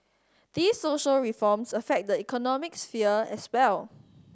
these social reforms affect the economic sphere as well